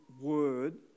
word